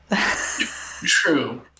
True